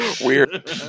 Weird